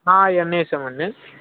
అవి అన్నీ వేసాము అండి